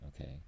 okay